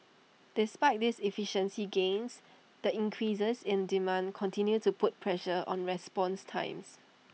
despite these efficiency gains the increases in demand continue to put pressure on response times